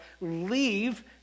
leave